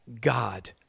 God